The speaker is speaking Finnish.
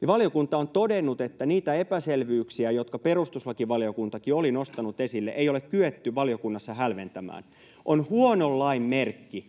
Ja valiokunta on todennut, että niitä epäselvyyksiä, jotka perustuslakivaliokuntakin oli nostanut esille, ei ole kyetty valiokunnassa hälventämään. On huonon lain merkki,